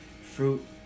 Fruit